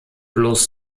bloß